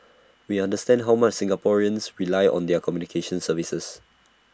we understand how much Singaporeans rely on their communications services